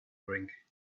drink